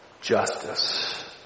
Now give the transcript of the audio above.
justice